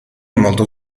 molto